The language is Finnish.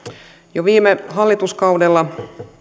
jo viime hallituskaudella